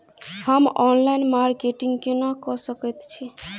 हम online marketing केना कऽ सकैत छी?